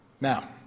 Now